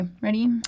ready